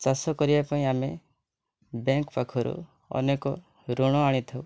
ଚାଷ କରିବା ପାଇଁ ଆମେ ବ୍ୟାଙ୍କ ପାଖରୁ ଅନେକ ଋଣ ଆଣିଥାଉ